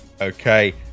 okay